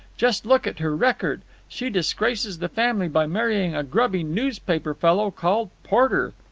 just look at her record. she disgraces the family by marrying a grubby newspaper fellow called porter.